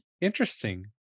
Interesting